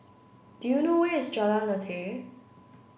do you know where is Jalan Lateh